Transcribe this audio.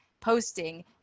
posting